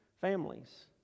families